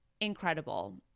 incredible